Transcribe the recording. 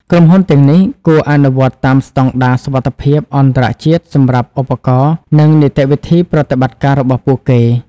ក្រុមហ៊ុនទាំងនេះគួរអនុវត្តតាមស្តង់ដារសុវត្ថិភាពអន្តរជាតិសម្រាប់ឧបករណ៍និងនីតិវិធីប្រតិបត្តិការរបស់ពួកគេ។